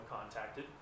contacted